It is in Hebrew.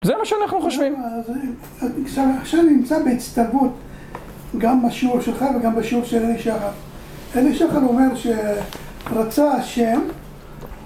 זה מה שאנחנו חושבים. -עכשיו נמצא בהצטוות, גם בשיעור שלך וגם בשיעור של אלי שחר. אלי שחר אומר שרצה השם